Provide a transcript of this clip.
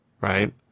Right